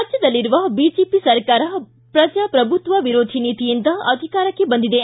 ರಾಜ್ಯದಲ್ಲಿರುವ ಬಿಜೆಪಿ ಸರಕಾರ ಪ್ರಜಾಪ್ರಭುತ್ವದ ವಿರೋಧಿ ನೀತಿಯಿಂದ ಅಧಿಕಾರಕ್ಕೆ ಬಂದಿದೆ